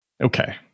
Okay